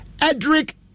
Edric